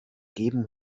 geben